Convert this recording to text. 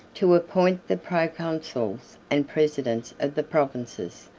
to appoint the proconsuls and presidents of the provinces,